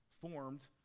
formed